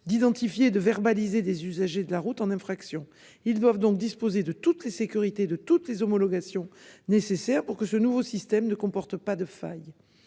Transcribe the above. d'identifier de verbaliser des usagers de la route en infraction, ils doivent donc disposer de toutes les sécurités de toutes les homologations nécessaires pour que ce nouveau système ne comporte pas de faille,